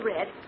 Red